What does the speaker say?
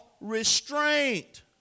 restraint